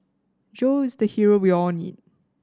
Joe is the hero we all need